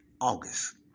August